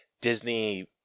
Disney